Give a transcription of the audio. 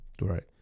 Right